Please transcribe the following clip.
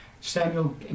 Samuel